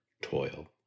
toil